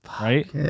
right